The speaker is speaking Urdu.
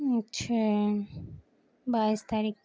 اچھا بائیس تاریخ